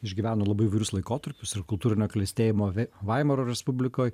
išgyveno labai įvairius laikotarpius ir kultūrinio klestėjimo vei vaimaro respublikoj